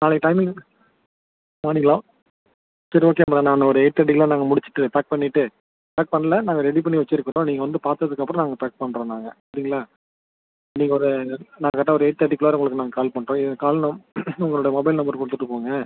நாளைக்கு டைமிங் மார்னிங்களா சரி ஓகே மேடம் நான் ஒரு எயிட் தேர்ட்டிக்கு எல்லாம் நாங்கள் முடிச்சிவிட்டு பேக் பண்ணிவிட்டு பேக் பண்ணல நாங்கள் ரெடி பண்ணி வச்சுருக்குறோம் நீங்கள் வந்து பார்த்ததுக்கப்புறம் நாங்கள் பேக் பண்ணுறோம் நாங்கள் சரிங்களா நீங்கள் ஒரு நான் கரெக்டாக ஒரு எயிட் தேர்ட்டிக்குள்ளாற உங்களுக்கு நாங்கள் கால் பண்ணுறோம் கால் நம் உங்களோட மொபைல் நம்பர் கொடுத்துட்டு போங்க